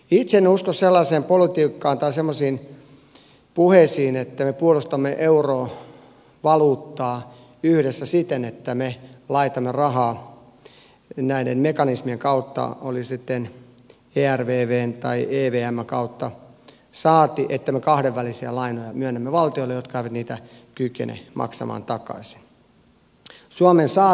itse en usko sellaiseen politiikkaan tai semmoisiin puheisiin että me puolustamme eurovaluuttaa yhdessä siten että me laitamme rahaa näiden mekanismien kautta oli se sitten ervvn tai evmn kautta saati että me kahdenvälisiä lainoja myönnämme valtioille jotka eivät niitä kykene maksamaan takaisin